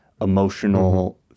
emotional